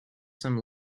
some